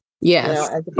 Yes